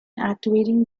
activating